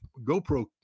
GoPro